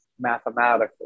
mathematically